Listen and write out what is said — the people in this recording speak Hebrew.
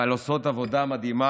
אבל עושות עבודה מדהימה,